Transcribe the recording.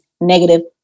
negative